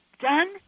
done